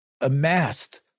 amassed